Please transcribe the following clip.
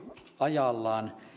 ajallaan